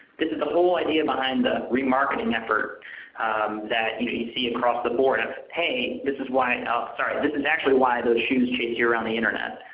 is the whole idea behind the remarketing effort that you see across the board of hey, this is why oh sorry this is actually why those shoes chased you around the internet,